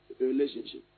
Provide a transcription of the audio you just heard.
relationship